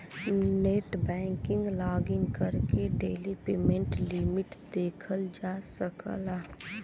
net banking login करके daily payment limit देखल जा सकला